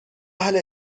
اهل